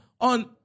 on